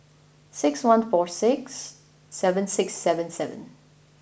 six one four six seven six seven seven